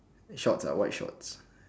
shorts ah white shorts